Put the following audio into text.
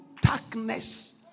darkness